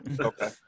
Okay